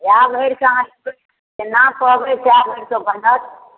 कए भरिके अहाँ जेना कहबै तए भरिके बनत